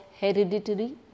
hereditary